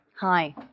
Hi